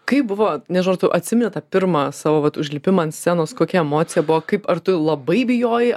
kai buvo nežnau ar tu atsimeni tą pirmą savo vat užlipimą ant scenos kokia emocija buvo kaip ar tu labai bijojai